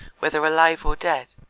whether alive or dead,